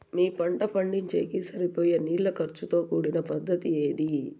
మీ పంట పండించేకి సరిపోయే నీళ్ల ఖర్చు తో కూడిన పద్ధతి ఏది?